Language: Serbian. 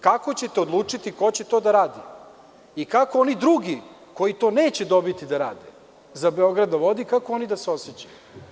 Kako ćete odlučiti ko će to da radi, i kako oni drugi koji to neće dobiti da rade za „Beograd na vodi“ kako oni da se osećaju?